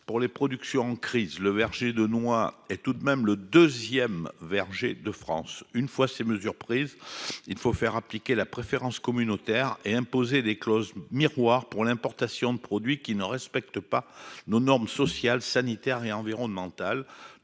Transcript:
pour les productions en crise. Le verger de noix est tout de même le deuxième verger de France. Une fois ces mesures prises, il faut faire appliquer la préférence communautaire et imposer les clauses miroirs pour l'importation de produits qui ne respectent pas nos normes sociales, sanitaires et environnementales.